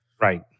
Right